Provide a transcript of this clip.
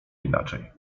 inaczej